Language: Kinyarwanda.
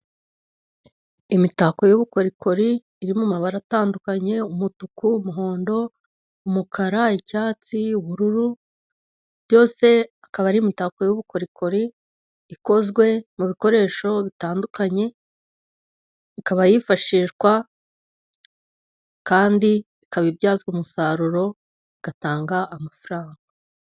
Imitako y'ubukorikori iri mu mabara atandukanye: umutuku, umuhondo, umukara, icyatsi, ubururu, byose akaba ari imitako y'ubukorikori ikozwe mu bikoresho bitandukanye. Ikaba yifashishwa kandi ikaba ibyazwa umusaruro, igatanga amafaranga.